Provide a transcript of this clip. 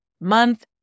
month